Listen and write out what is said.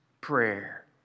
prayer